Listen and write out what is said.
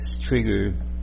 trigger